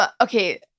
Okay